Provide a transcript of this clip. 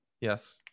Yes